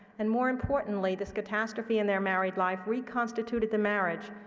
and more importantly, this catastrophe in their married life reconstituted the marriage,